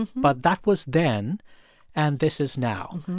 but that was then and this is now.